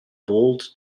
bold